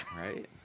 Right